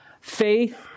faith